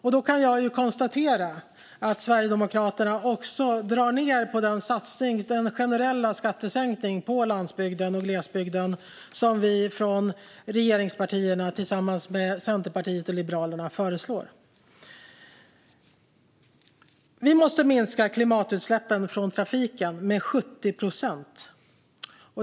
Jag kan konstatera att Sverigedemokraterna drar ned också på den satsning på generella skattesänkningar för landsbygden och glesbygden som vi i regeringspartierna tillsammans med Centerpartiet och Liberalerna föreslår. Vi måste minska klimatutsläppen från trafiken med 70 procent.